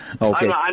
Okay